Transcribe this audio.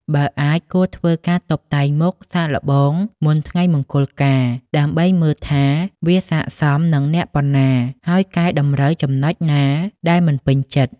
បើអាច គួរធ្វើការតុបតែងមុខសាកល្បងមុនថ្ងៃមង្គលការ ដើម្បីមើលថាវាស័ក្តិសមនឹងអ្នកប៉ុណ្ណា ហើយកែតម្រូវចំណុចណាដែលមិនពេញចិត្ត ។